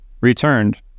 returned